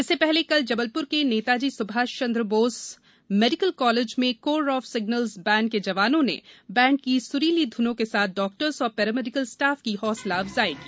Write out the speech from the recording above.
इससे कल जबलप्र के नेताजी स्भाष चंद्र बोस मेडिकल कॉलेज में कोर ऑफ सिग्नल्स बैंड के जवानों ने बैंड की सुरीली धूनों के साथ डॉक्टर्स और पैरामेडिकल स्टाफ की हौसला अफजाई की